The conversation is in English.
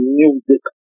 music